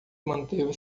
manteve